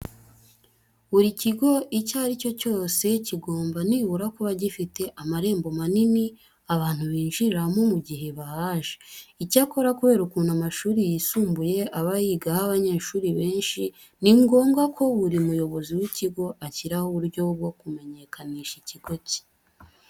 Buri kigo icyo ari cyo cyose kigomba nibura kuba gifite amarembo manini abantu binjiriramo mu gihe bahaje. Icyakora kubera ukuntu amashuri yisumbuye aba yigaho abanyeshuri benshi, ni ngombwa ko buri muyobozi w'ikigo ashyiraho uburyo bwo kumenyekanisha ikigo cye.